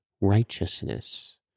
righteousness